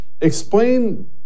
explain